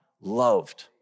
Loved